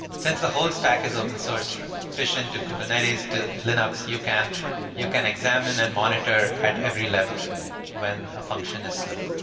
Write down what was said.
since the whole stack is open-sourced, fission to kubernetes to linux, you can you can examine and monitor at every level when a function is slow.